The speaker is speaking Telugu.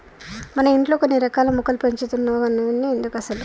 మన ఇంట్లో కొన్ని రకాల మొక్కలు పెంచుతున్నావ్ గవన్ని ఎందుకసలు